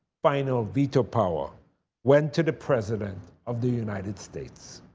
final veto power went to the president of the united states.